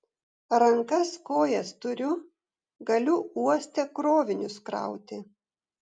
rankas kojas turiu galiu uoste krovinius krauti